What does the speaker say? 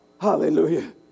Hallelujah